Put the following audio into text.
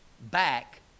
back